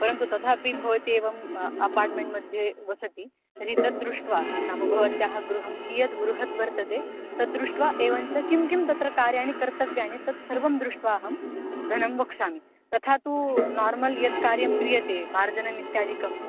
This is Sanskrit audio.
परन्तु तथापि भवती एवम् अपाट्मेण्ट् मध्ये वसति तर्हि तद्दृष्ट्वा नाम भवत्याः गृहं कियद् बृहद्वर्तते तद्दृष्ट्वा एवञ्च किं किं तत्र कार्याणि कर्तव्यानि तत्सर्वं दृष्ट्वाहं धनं वक्ष्यामि तथा तु नार्मल् यत् कार्यं क्रियते मार्जनमित्यादिकं